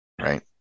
Right